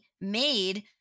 made